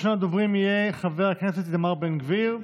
ראשון הדוברים יהיה חבר הכנסת איתמר בן גביר,